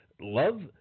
Love